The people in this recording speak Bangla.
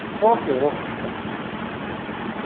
ওকে ওকে ম্যাডাম হুম